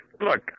look